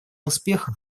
успеха